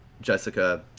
Jessica